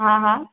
हा हा